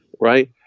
right